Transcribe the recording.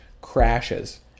crashes